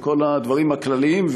וכל הדברים הכלליים.